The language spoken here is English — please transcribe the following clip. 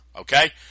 okay